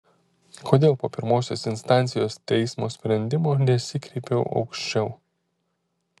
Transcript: kodėl po pirmosios instancijos teismo sprendimo nesikreipiau aukščiau